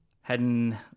heading